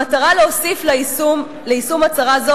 במטרה להוסיף ליישום הצהרה זו,